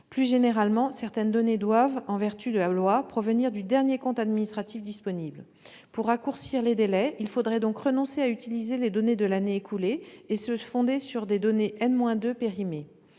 Plus généralement, certaines données doivent, en vertu de la loi, provenir du dernier compte administratif disponible. Pour raccourcir les délais, il faudrait donc renoncer à utiliser les données de l'année écoulée et se fonder sur des données de l'année,